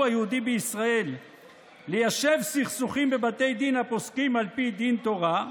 היהודי בישראל ליישב סכסוכים בבתי דין הפוסקים על פי דין תורה,